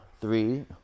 three